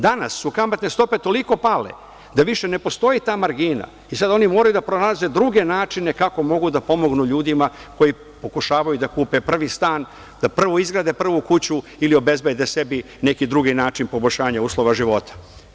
Danas su kamatne stope toliko pale da više ne postoji ta margina i sada oni moraju da pronalaze druge načine kako mogu da pomognu ljudima koji pokušavaju da kupe prvi stan, da izgrade prvu kuću ili obezbede sebi neki drugi način poboljšanja uslova života.